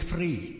Free